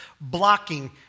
blocking